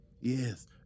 yes